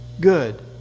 good